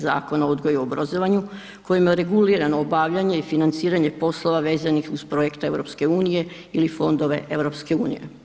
Zakona o odgoju i obrazovanju kojim je reguliranje obavljanje i financiranje poslova vezanih uz projekt EU ili fondove EU.